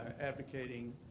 advocating